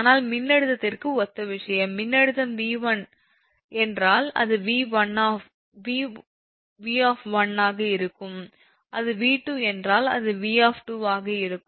ஆனால் மின்னழுத்தத்திற்கு ஒத்த விஷயம் மின்னழுத்தம் 𝑉1 என்றால் அது 𝑉 ஆக இருக்கும் அது 𝑉2 என்றால் அது 𝑉 ஆக இருக்கும்